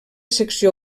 secció